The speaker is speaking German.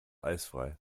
eisfrei